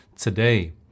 today